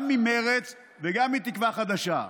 גם ממרצ וגם מתקווה חדשה.